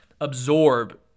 Absorb